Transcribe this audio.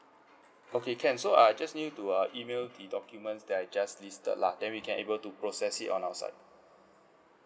okay can so I just need you to uh email the documents that I just listed lah then we can able to process it on our side